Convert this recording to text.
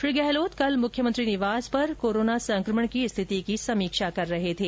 श्री गहलोत कल मुख्यमंत्री निवास पर कोरोना संकमण की स्थिति की समीक्षा कर रहे थे